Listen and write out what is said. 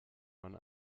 man